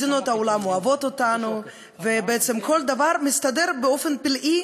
מדינות העולם אוהבות אותנו ובעצם כל דבר מסתדר באופן פלאי,